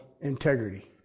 integrity